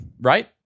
right